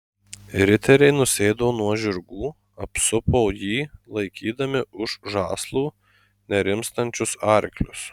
riteriai nusėdo nuo žirgų apsupo jį laikydami už žąslų nerimstančius arklius